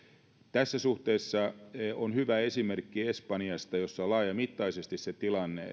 tässä suhteessa on hyvä esimerkki espanjasta jossa on laajamittaisesti se tilanne